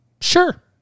Sure